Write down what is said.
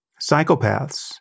psychopaths